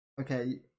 okay